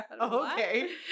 Okay